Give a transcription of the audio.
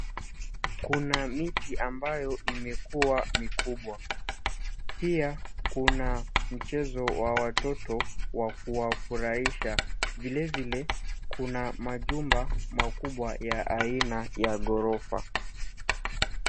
Kuna miti ambayo imekua mikubwa, pia kuna mchezo wa watoto wa kuwafurahisha. Vile vile kuna majumba makubwa ya aina ya ghorofa.